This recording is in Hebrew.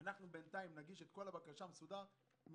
ואנחנו בינתיים נגיש את הבקשה באופן מסודר,